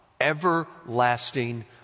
everlasting